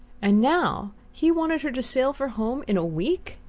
and now he wanted her to sail for home in a week!